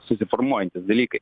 susiformuojantys dalykai